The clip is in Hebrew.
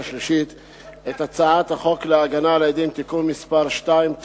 השלישית את הצעת החוק להגנה על עדים (תיקון מס' 2),